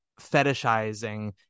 fetishizing